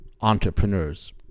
entrepreneurs